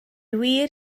wir